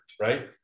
right